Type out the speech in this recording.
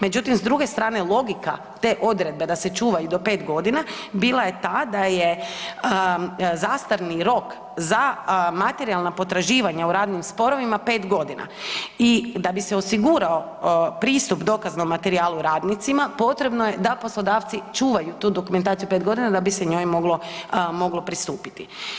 Međutim, s druge strane logika te odredbe da se čuvaju do 5.g. bila je ta da je zastarni rok za materijalna potraživanja u radnim sporovima 5.g. i da bi se osigurao pristup dokaznom materijalu radnicima potrebno je da poslodavci čuvaju tu dokumentaciju 5.g. da bi se njoj moglo, moglo pristupiti.